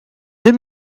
deux